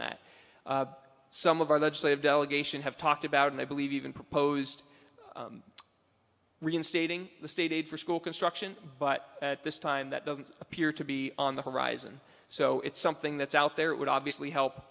that some of our legislative delegation have talked about and i believe even proposed reinstating the state aid for school construction but at this time that doesn't appear to be on the horizon so it's something that's out there it would obviously help